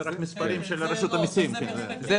כן,